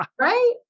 Right